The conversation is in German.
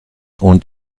und